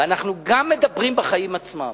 ואנחנו גם מדברים בחיים עצמם.